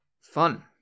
Fun